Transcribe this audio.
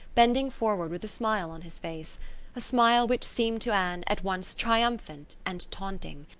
bending forward with a smile on his face a smile which seemed to anne at once triumphant and taunting.